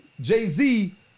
Jay-Z